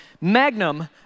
Magnum